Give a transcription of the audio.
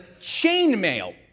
chainmail